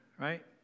right